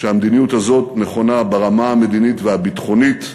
שהמדיניות הזאת נכונה ברמה המדינית והביטחונית,